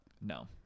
no